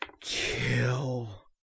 Kill